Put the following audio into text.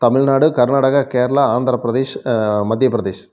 Tamil Nadu Karnataka Kerala Andhra Pradesh Madhya Pradesh